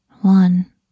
one